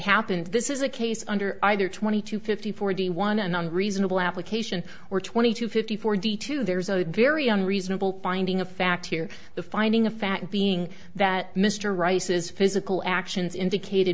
happened this is a case under either twenty two fifty forty one an unreasonable application or twenty two fifty forty two there's a very unreasonable finding of fact here the finding of fact being that mr rice's physical actions indicated